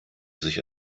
sich